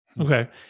Okay